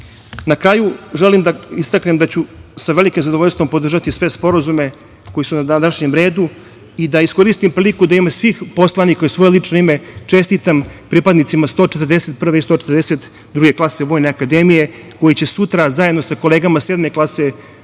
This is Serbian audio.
kraju, želim da istaknem da ću sa velikim zadovoljstvom podržati sve sporazume koji su na današnjem dnevnom redu i da iskoristim priliku da u ime svih poslanika i u svoje lično ime čestitam pripadnicima 141. i 142. druge klase Vojne akademije koji će sutra zajedno sa kolegama Sedme klase